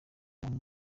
umuntu